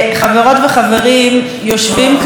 יושבים כאן בכיסאות,